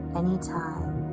anytime